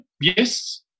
yes